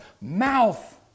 mouth